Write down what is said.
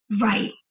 right